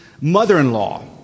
mother-in-law